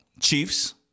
Chiefs